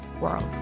world